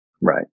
Right